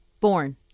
born